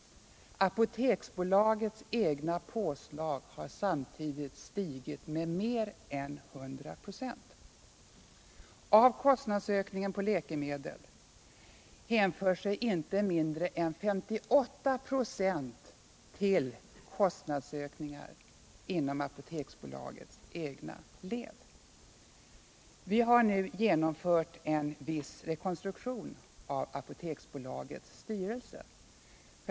Apoteksbolagets egna påslag har samtidigt stigit med mer än 100 96. Av kostnadsökningen på läkemedel hänför sig den större delen till kostnadsökningar inom Apoteksbolagets egna led. Vi har nu genomfört en viss rekonstruktion av Apoteksbolagets styrelse.